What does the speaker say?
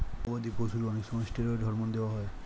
গবাদি পশুর অনেক সময় স্টেরয়েড হরমোন দেওয়া হয়